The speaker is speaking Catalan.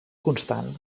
constant